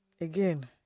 again